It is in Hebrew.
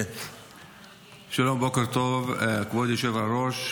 כבוד היושב-ראש,